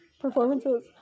performances